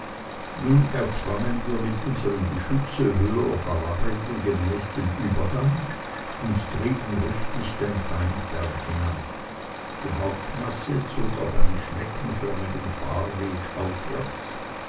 nun erzwangen wir mit unserm geschütze höherer verabredung gemäß den übergang und trieben rüstig den feind berghinan die hauptmasse zog auf einem schneckenförmigen fahrweg aufwärts